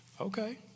okay